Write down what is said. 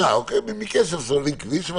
בעזרת כסף סוללים כביש.